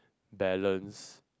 balance